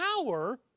power